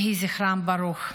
יהי זכרם ברוך.